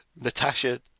Natasha